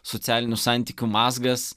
socialinių santykių mazgas